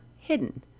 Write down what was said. hidden